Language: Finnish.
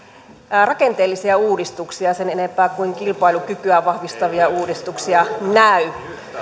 rakenteellisia uudistuksia sen enempää kuin kilpailukykyä vahvistavia uudistuksia näy